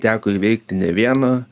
teko įveikti ne vieną